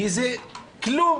זה כלום